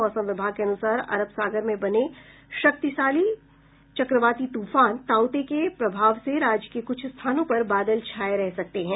मौसम विभाग के अनुसार अरब सागर में बने शक्तिशाली चक्रवाती तूफान ताउ ते के प्रभाव से राज्य के कुछ स्थानों पर बादल छाये रह सकते हैं